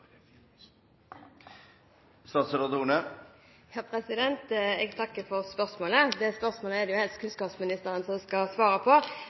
Jeg takker for spørsmålet. Dette spørsmålet er det helst kunnskapsministeren som skal svare på,